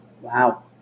Wow